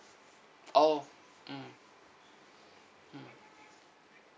oh mm mm